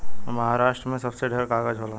महारास्ट्र मे सबसे ढेर कागज़ होला